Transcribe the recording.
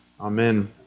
Amen